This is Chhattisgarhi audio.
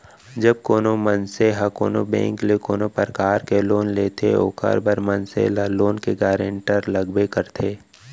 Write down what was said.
जब कोनो मनसे ह कोनो बेंक ले कोनो परकार ले लोन लेथे ओखर बर मनसे ल लोन के गारेंटर लगबे करथे